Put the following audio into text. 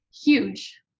huge